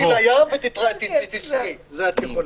הישיבה הסתיימה.